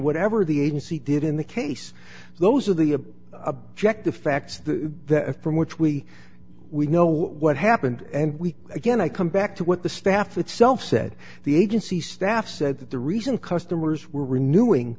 whatever the agency did in the case those are the objective facts the that from which we we know what happened and we again i come back to what the staff itself said the agency staff said that the reason customers were renewing